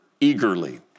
eagerly